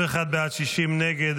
51 בעד, 60 נגד.